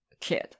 kid